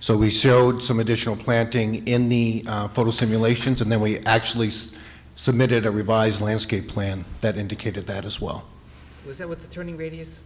so we showed some additional planting in the simulations and then we actually saw submitted a revised landscape plan that indicated that as well was that with the turning radius